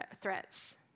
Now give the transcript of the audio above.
threats